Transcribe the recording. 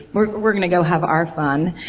we're we're gonna go have our fun.